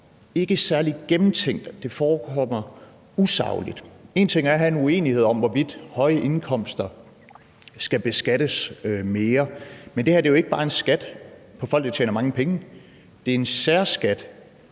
særlig gennemtænkt. Det forekommer usagligt. En ting er at have en uenighed om, hvorvidt høje indkomster skal beskattes mere, men det her er jo ikke bare en skat for folk, der tjener mange penge; det er en særskat